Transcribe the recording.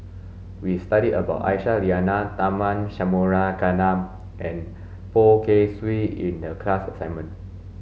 we studied about Aisyah Lyana Tharman Shanmugaratnam and Poh Kay Swee in the class assignment